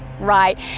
Right